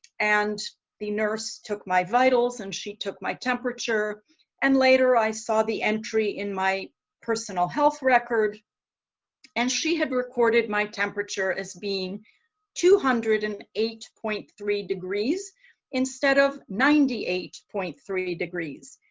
and the nurse took my vitals and she took my temperature and later i saw the entry in my personal health record and she had recorded my temperature as being two hundred and eight point three degrees instead of ninety-eight point three degrees.